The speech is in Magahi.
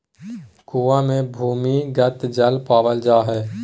कुआँ मे भूमिगत जल पावल जा हय